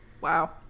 wow